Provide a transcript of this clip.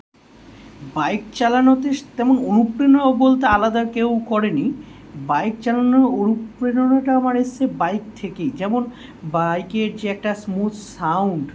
bike চালানো তেস তেমন অনুপ্রেরণা বলতে আলাদা কেউ করে নি বাইক চালানোর অনুপ্রেরণাটা আমার এসছে বাইক থেকেই যেমন বাইকের যে একটা স্মুথ সাউন্ড